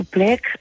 Black